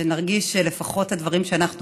שנרגיש שלפחות הדברים שאנחנו אומרים,